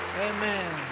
Amen